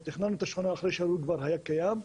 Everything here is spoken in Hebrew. תכלית טובה מאוד להוציא את הלולים מהישובים וזה מקובל עליי.